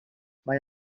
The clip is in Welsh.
mae